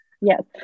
Yes